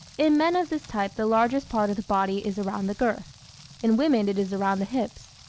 in men of this type the largest part of the body is around the girth in women it is around the hips.